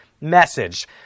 message